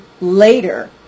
later